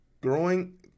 growing